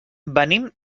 venim